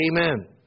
Amen